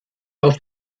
auf